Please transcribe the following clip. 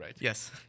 Yes